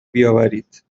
بیاورید